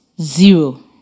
Zero